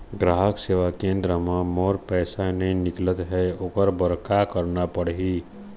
ग्राहक सेवा केंद्र म मोर पैसा नई निकलत हे, ओकर बर का करना पढ़हि?